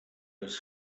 his